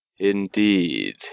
Indeed